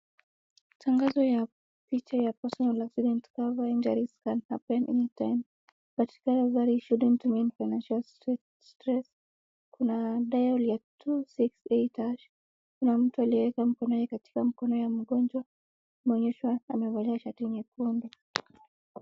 Tangazo ya picha ya personal accident cover, injuries can happen anytime but recovery shouldn't mean financial stress. Kuna dial ya 268#. Kuna mtu aliyeweka mkono yake katika mkono ya mgonjwa ameonyeshwa amevalia shati nyekundu.